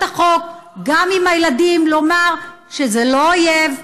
החוק גם על הילדים: לומר שזה לא אויב,